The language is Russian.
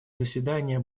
заседание